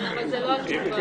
זאת לא התשובה.